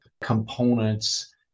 components